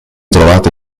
trovato